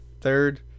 Third